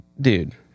dude